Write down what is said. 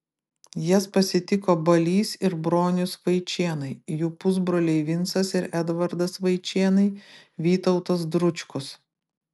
jas pasitiko balys ir bronius vaičėnai jų pusbroliai vincas ir edvardas vaičėnai vytautas dručkus